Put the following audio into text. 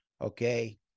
okay